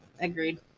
Agreed